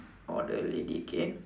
or the lady okay